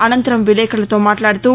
అసంతరం విలేకరులతో మాట్లాడుతూ